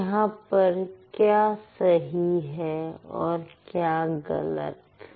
यहां पर क्या सही है और क्या गलत है